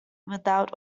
without